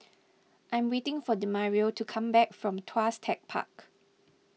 I am waiting for Demario to come back from Tuas Tech Park